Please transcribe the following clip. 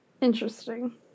Interesting